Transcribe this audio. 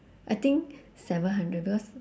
I think seven hundred because